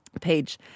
page